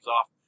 off